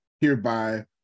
Hereby